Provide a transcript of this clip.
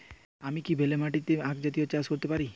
আমি কি বেলে মাটিতে আক জাতীয় চাষ করতে পারি?